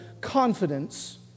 confidence